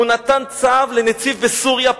הוא נתן צו לנציב בסוריה,